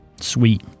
sweet